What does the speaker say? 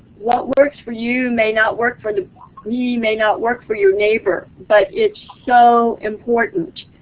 what works for you may not work for me, may not work for your neighbor. but it's so important.